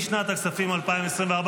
לשנת הכספים 2024,